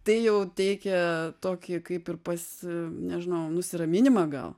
tai jau teikia tokį kaip ir pas nežinau nusiraminimą gal